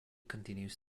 continues